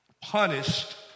punished